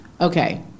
Okay